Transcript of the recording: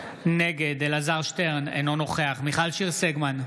נגד אלעזר שטרן, אינו נוכח מיכל שיר סגמן,